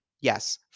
Yes